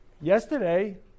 yesterday